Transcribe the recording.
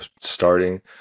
starting